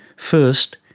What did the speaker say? first,